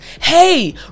Hey